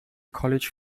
college